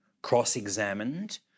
cross-examined